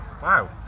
Wow